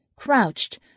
crouched